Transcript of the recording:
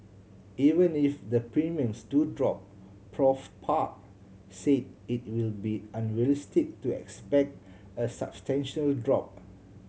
even if the premiums do drop Prof Park said it will be unrealistic to expect a substantial drop